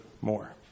more